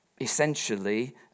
essentially